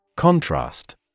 Contrast